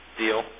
deal